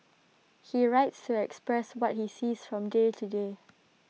he writes to express what he sees from day to day